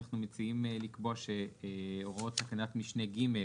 אנחנו מציעים לקבוע שהוראות תקנת משנה ג'